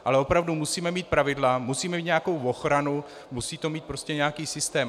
Ale opravdu musíme mít pravidla, musíme mít nějakou ochranu, musí to mít prostě nějaký systém.